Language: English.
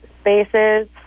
spaces